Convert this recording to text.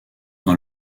dans